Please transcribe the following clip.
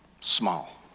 Small